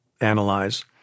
analyze